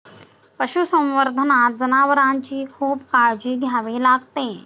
पशुसंवर्धनात जनावरांची खूप काळजी घ्यावी लागते